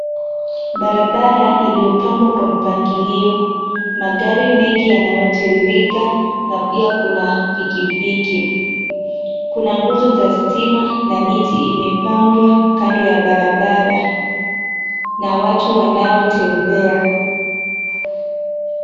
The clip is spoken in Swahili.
Barabara iliyopangwa kwa mpangilio. Magari mengi yanayo tiririka na pia kuna pikipiki. Kuna nguzo za stima na miti imepandwa kando ya barabara na watu wanao tembea.